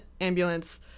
ambulance